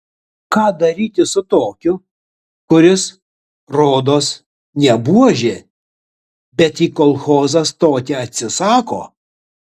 ką daryti su tokiu kuris rodos ne buožė bet į kolchozą stoti atsisako